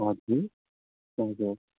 हजुर हजुर